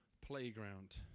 playground